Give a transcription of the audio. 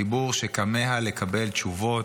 ציבור שכמהַּ לקבל תשובות,